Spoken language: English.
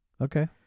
Okay